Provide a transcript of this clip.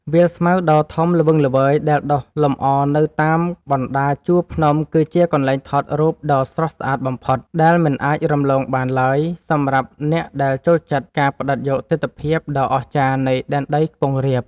វាលស្មៅដ៏ធំល្វឹងល្វើយដែលដុះលម្អនៅតាមបណ្ដាជួរភ្នំគឺជាកន្លែងថតរូបដ៏ស្រស់ស្អាតបំផុតដែលមិនអាចរំលងបានឡើយសម្រាប់អ្នកដែលចូលចិត្តការផ្ដិតយកទិដ្ឋភាពដ៏អស្ចារ្យនៃដែនដីខ្ពង់រាប។